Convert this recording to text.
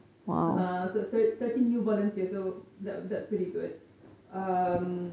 ugh so thirteen new volunteers so that that's pretty good um